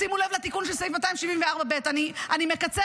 שימו לב לתיקון של סעיף 274ב. אני מקצרת,